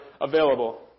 available